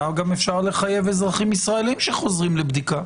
אפשר היה לחייב גם אזרחים ישראלים שחוזרים לבדיקה